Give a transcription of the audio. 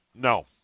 No